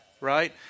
right